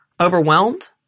overwhelmed